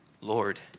Lord